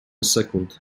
sekund